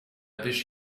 wish